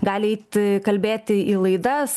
gali eiti kalbėti į laidas